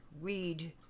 read